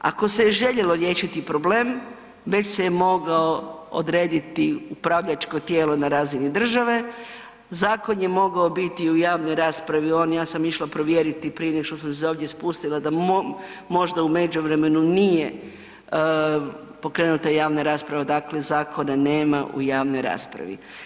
Ako se je željelo liječiti problem, već se je mogao odrediti upravljačko tijelo na razini države, zakon je mogao biti u javnoj raspravi, on, ja sam išla provjeriti prije nego što sam ovdje spustila da možda u međuvremenu nije pokrenuta javna rasprava, dakle zakona nema u javnoj raspravi.